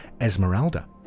Esmeralda